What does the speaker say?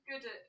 good